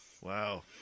wow